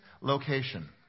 location